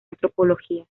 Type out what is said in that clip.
antropología